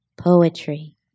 Poetry